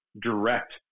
direct